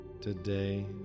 Today